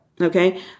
Okay